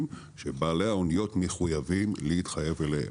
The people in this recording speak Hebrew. שבעלי האוניות מחויבים להתחייב אליה.